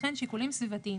וכן שיקולים סביבתיים.